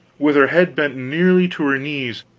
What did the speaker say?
with her head bent nearly to her knees,